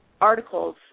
articles